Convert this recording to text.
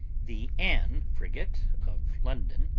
the anne frigate, of london,